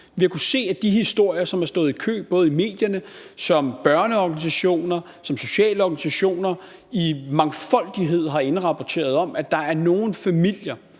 Vi har kunnet se af de historier, som har stået i kø både i medierne, og som børneorganisationer, og som sociale organisationer i mangfoldighed har indrapporteret om, at der er nogle familier,